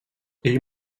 ell